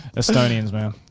estonians, man.